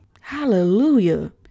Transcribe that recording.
Hallelujah